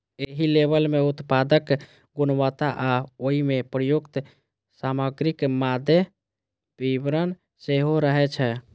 एहि लेबल मे उत्पादक गुणवत्ता आ ओइ मे प्रयुक्त सामग्रीक मादे विवरण सेहो रहै छै